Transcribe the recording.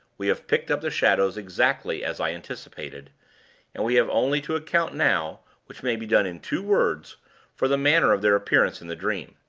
we have picked up the shadows, exactly as i anticipated and we have only to account now which may be done in two words for the manner of their appearance in the dream.